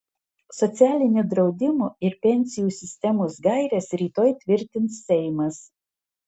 socialinio draudimo ir pensijų sistemos gaires rytoj tvirtins seimas